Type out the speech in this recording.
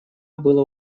было